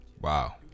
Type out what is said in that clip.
Wow